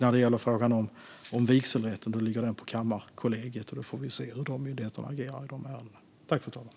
När det gäller frågan om vigselrätten ligger den på Kammarkollegiet. Vi får se hur myndigheterna agerar i dessa ärenden.